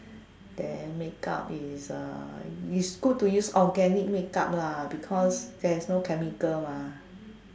then makeup is uh is good to use organic makeup lah because there is no chemical mah